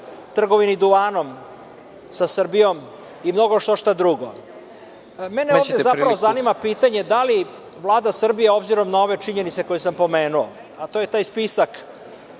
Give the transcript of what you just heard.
trgovini duvanom sa Srbijom i mnogo štošta drugo. Mene ovde zapravo zanima pitanje - da li Vlada Srbije, obzirom na ove činjenice koje sam pomenuo, a to je taj spisak